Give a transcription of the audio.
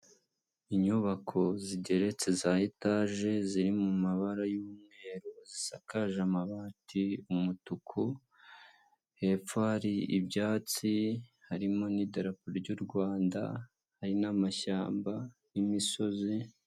Inyubako zigeretse za etaje, ziri mu mabara y'umweru, zisakaje amabati, umutuku, hepfo hari ibyatsi, harimo n'idarapo ry'u Rwanda hari n'amashyamba n'imisozi.